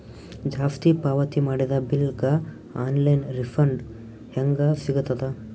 ಜಾಸ್ತಿ ಪಾವತಿ ಮಾಡಿದ ಬಿಲ್ ಗ ಆನ್ ಲೈನ್ ರಿಫಂಡ ಹೇಂಗ ಸಿಗತದ?